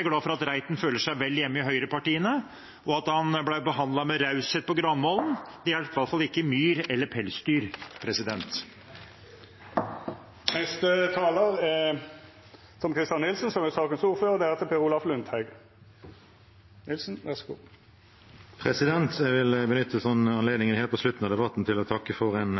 jeg glad for at Reiten føler seg vel hjemme i høyrepartiene, og at han ble behandlet med raushet på Granavollen. Det hjalp i hvert fall ikke myr eller pelsdyr. Jeg vil benytte anledningen helt på slutten av debatten til å takke for en